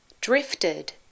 Drifted